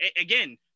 Again